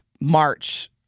March